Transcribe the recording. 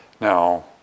Now